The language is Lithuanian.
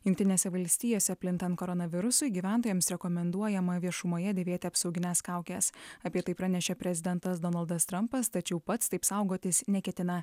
jungtinėse valstijose plintant koronavirusui gyventojams rekomenduojama viešumoje dėvėti apsaugines kaukes apie tai pranešė prezidentas donaldas trampas tačiau pats taip saugotis neketina